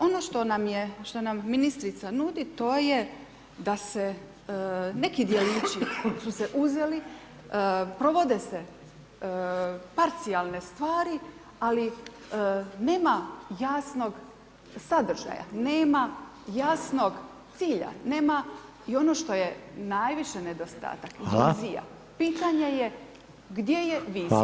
Ono što nam je, što nam ministrica nudi to je da se neki djelići su se uzeli, provode se parcijalne stvari, ali nema jasnog sadržaja, nema jasnog cilja, nema i ono što je najviše nedostatak [[Upadica: Hvala.]] vizija, pitanje je gdje je vizija?